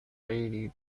خیلی